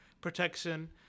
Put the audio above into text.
protection